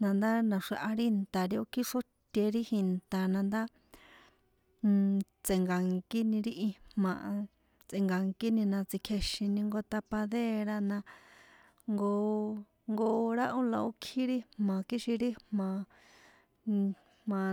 A na ndá naxrjea ri nta ri ó kjixróte ri jinta na ndá nntsenkankíni ri ijma̱ a tse̱nka̱nkíni na tsikjéxini jnko tapadera na jnko jnkohora ó la ikjí ri jma a kixin ri jma̱ jma̱